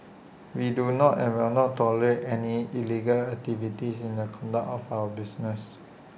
we do not and will not tolerate any illegal activities in the conduct of our business